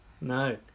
no